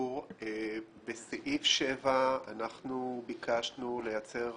בסעיף 7 אנחנו ביקשנו לייצר